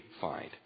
find